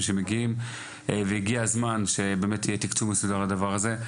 שמגיעים והגיע הזמן שיהיה תקצוב מסודר לדבר הזה.